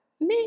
Mais